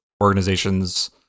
organizations